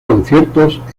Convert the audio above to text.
conciertos